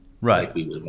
Right